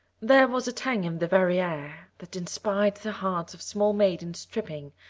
there was a tang in the very air that inspired the hearts of small maidens tripping,